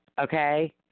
Okay